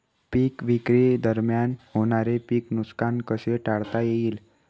पीक विक्री वाहतुकीदरम्यान होणारे पीक नुकसान कसे टाळता येईल?